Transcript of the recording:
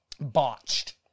botched